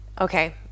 okay